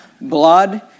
blood